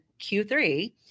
Q3